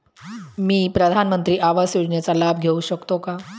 मी प्रधानमंत्री आवास योजनेचा लाभ घेऊ शकते का?